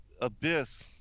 abyss